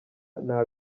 nta